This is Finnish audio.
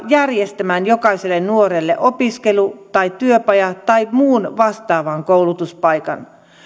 järjestämään jokaiselle nuorelle opiskelu työpaja tai muun vastaavan koulutuspaikan